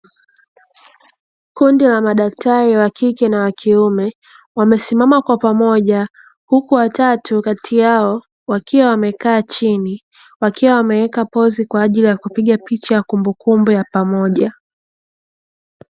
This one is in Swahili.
Kundi la madaktari wa kike na wakiume, wamesimama kwa pamoja. Huku watatu kati yao wakiwa wamekaa chini, wakiwa wameweka pozi kwa ajili ya kupiga picha ya kumbukumbu ya pamoja.